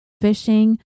fishing